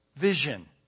vision